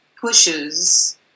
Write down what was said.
pushes